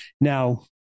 Now